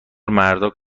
مردا